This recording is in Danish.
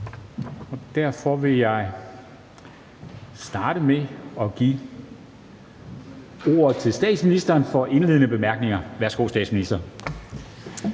derfor vil jeg starte med at give ordet til statsministeren for de indledende bemærkninger. Værsgo til statsministeren.